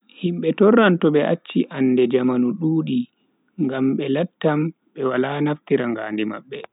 Himbe torran to be acchi ande jamanu dudi ngam be lattan be wala naftira ngandi mabbe.